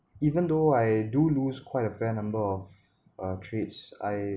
even though I do lose quite a fair number of uh trades I